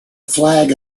flag